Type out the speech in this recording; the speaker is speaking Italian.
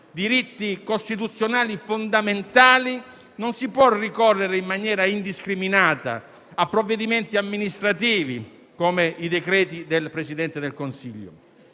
diritti costituzionali fondamentali, non si può ricorrere in maniera indiscriminata a provvedimenti amministrativi come i decreti del Presidente del Consiglio.